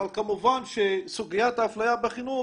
אבל כמובן שסוגיית האפליה בחינוך